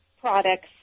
products